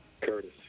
Curtis